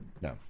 No